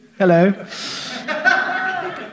Hello